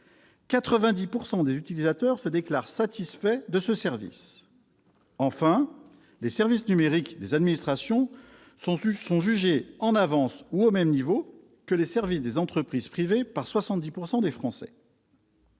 90 % des utilisateurs se déclarent satisfaits de ce service. Enfin, les services numériques des administrations sont jugés en avance ou au même niveau que les services des entreprises privées par 70 % des Français.